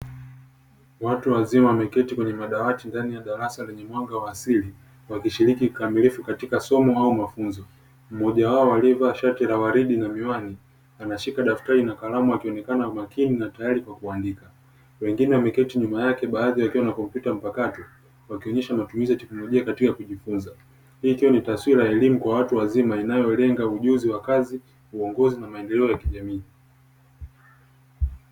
Watu wazima wameketi katika madawati kwenye madarasa yenye mwanga wa asili, wakishiriki kikamailifu katika masomo au mafunzo. Mmoja wao aliyevaa shati la waridi na miwani, anashika daftari akionekana makini na tayari kwa kuandika, hii ikiwa ni taswira ya elimu ya watu wazima, ikionyesha ujuzi na maendeleo ya watu wazima.